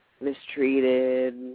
mistreated